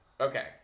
Okay